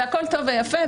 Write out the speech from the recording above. והכול טוב ויפה,